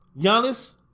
Giannis